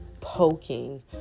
poking